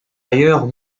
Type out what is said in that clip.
ailleurs